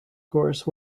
course